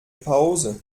pause